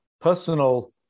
personal